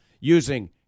using